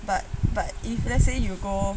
but but if let's say you go